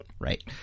Right